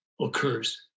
occurs